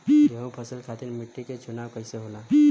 गेंहू फसल खातिर मिट्टी के चुनाव कईसे होला?